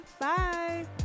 Bye